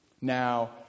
Now